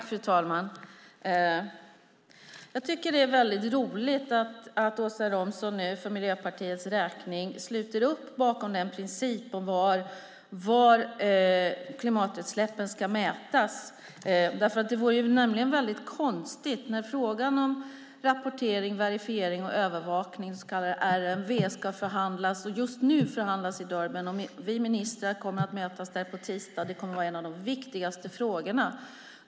Fru talman! Jag tycker att det är roligt att Åsa Romson nu för Miljöpartiets räkning sluter upp bakom principen om var klimatutsläppen ska mätas. Det vore nämligen väldigt konstigt annars nu när frågan om rapportering, verifiering och övervakning, det så kallade RMV, ska förhandlas i Durban. Detta förhandlar man där just nu, och vi ministrar kommer att mötas där på tisdag. Det här kommer att vara en av de viktigaste frågorna.